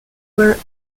were